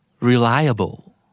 Reliable